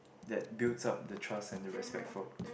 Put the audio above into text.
that builds up the trust and the respect for it